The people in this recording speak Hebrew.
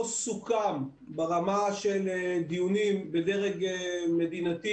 לא סוכם ברמה של דיונים בדרג מדינתי